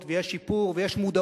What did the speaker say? יש התקדמות, ויש שיפור, ויש מודעות,